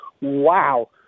wow